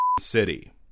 city